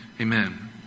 amen